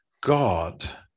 God